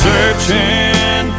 Searching